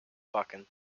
pakken